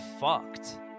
fucked